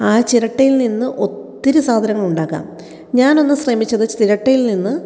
ആ ചിരട്ടിയില് നിന്ന് ഒത്തിരി സാധനങ്ങള് ഉണ്ടാക്കാം ഞാന് ഒന്ന് ശ്രമിച്ചത് ചിരട്ടയില് നിന്ന്